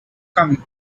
coming